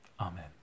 Amen